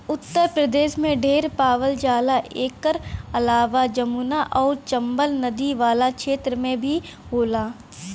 उत्तर प्रदेश में ढेर पावल जाला एकर अलावा जमुना आउर चम्बल नदी वाला क्षेत्र में भी होला